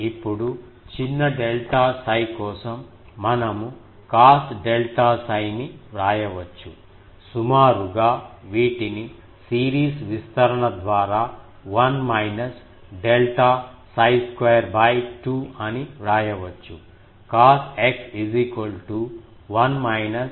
ఇప్పుడుచిన్న delta 𝜓 కోసం మనము cos delta 𝜓 ని వ్రాయవచ్చు సుమారుగా వీటిని సిరీస్ విస్తరణ ద్వారా 1 మైనస్ డెల్టా 𝜓 2 2 అని వ్రాయవచ్చు cos x1 x 22 కు సమానం